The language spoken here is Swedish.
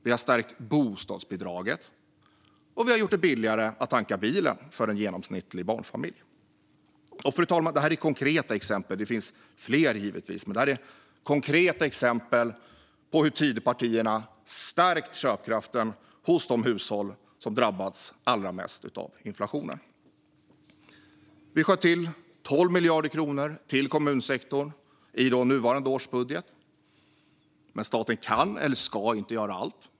Vi har stärkt bostadsbidraget, och vi har gjort det billigare att tanka bilen för en genomsnittlig barnfamilj. Fru talman! Detta är konkreta exempel. Det finns givetvis fler, men det är konkreta exempel på hur Tidöpartierna har stärkt köpkraften för de hushåll som har drabbats allra mest av inflationen. Vi sköt till 12 miljarder kronor till kommunsektorn i nuvarande års budget, men staten kan eller ska inte göra allt.